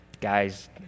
guys